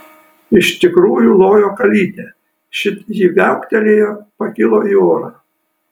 iš tikrųjų lojo kalytė šit ji viauktelėjo pakilo į orą